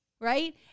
Right